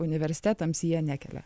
universitetams jie nekelia